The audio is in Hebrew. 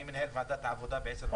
אני מנהל ועדת עבודה ב-10:30.